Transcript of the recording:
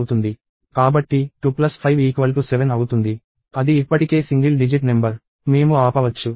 కాబట్టి 257 అవుతుంది అది ఇప్పటికే సింగిల్ డిజిట్ నెంబర్ మేము ఆపవచ్చు